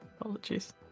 Apologies